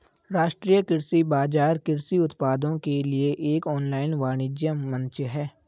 राष्ट्रीय कृषि बाजार कृषि उत्पादों के लिए एक ऑनलाइन वाणिज्य मंच है